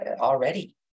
already